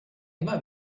immer